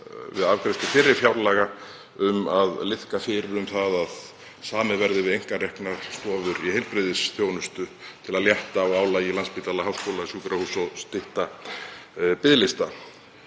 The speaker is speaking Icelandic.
við afgreiðslu fyrri fjárlaga um að liðka fyrir um það að samið verði við einkareknar stofur í heilbrigðisþjónustu til að létta á álagi á Landspítala – háskólasjúkrahúsi og stytta biðlista.